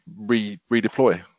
redeploy